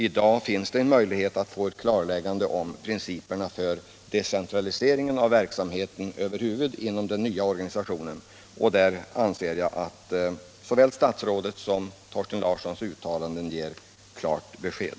Däremot finns det en möjlighet att i dag få ett klarläggande om principerna för decentraliseringen av verksamheten över huvud taget inom den nya organisationen. I det avseendet anser jag att såväl statsrådets som Thorsten Larssons uttalanden ger klart besked.